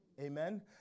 Amen